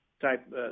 type